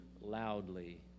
loudly